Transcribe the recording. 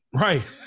Right